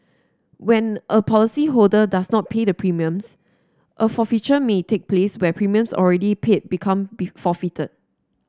when a policyholder does not pay the premiums a forfeiture may take place where premiums already paid become be forfeited